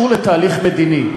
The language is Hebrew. זה לא קשור לתהליך מדיני.